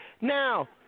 Now